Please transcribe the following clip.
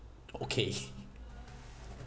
okay